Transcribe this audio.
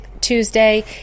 Tuesday